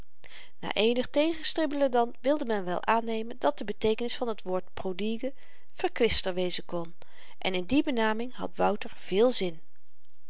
na eenig tegenstribbelen dan wilde men wel aannemen dat de beteekenis van t woord prodigue verkwister wezen kon en in die benaming had wouter veel zin